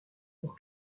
pour